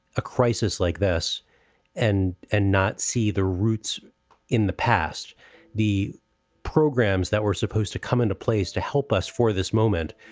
a crisis like this and and not see the roots in the past the programs that were supposed to come into place to help us for this moment.